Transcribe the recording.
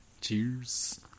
Cheers